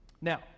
Now